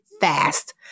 fast